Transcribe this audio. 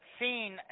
seen